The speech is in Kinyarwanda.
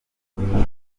ubu